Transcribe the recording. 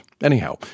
Anyhow